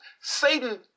Satan